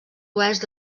oest